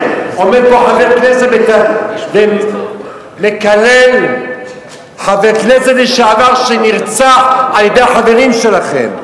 עומד פה חבר כנסת ומקלל חבר כנסת לשעבר שנרצח על-ידי החברים שלכם,